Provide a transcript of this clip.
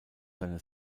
seine